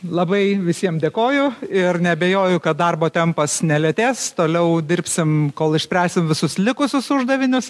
labai visiem dėkoju ir neabejoju kad darbo tempas nelėtės toliau dirbsim kol išspręsim visus likusius uždavinius